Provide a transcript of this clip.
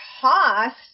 cost